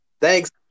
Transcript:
Thanks